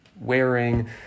wearing